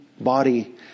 body